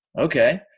okay